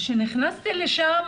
כשנכנסתי לשם,